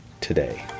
today